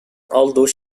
although